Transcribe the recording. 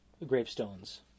Gravestones